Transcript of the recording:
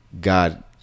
God